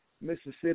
Mississippi